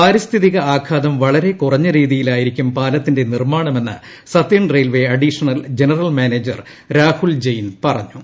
പാരിസ്ഥിതിക ആഘാതം വള്ളരികുറഞ്ഞ രീതിയിൽ ആയിരിക്കും പാലത്തിന്റെ നിർമ്മാണ്ഉമെന്ന് southern railway additional general manager Rahul Jain പറഞ്ഞു